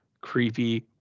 creepy